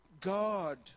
God